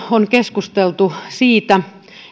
on paljon keskusteltu siitä